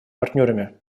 партнерами